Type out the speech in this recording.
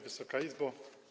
Wysoka Izbo!